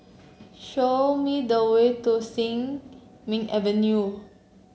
show me the way to Sin Ming Avenue